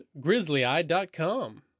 GrizzlyEye.com